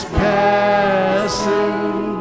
passing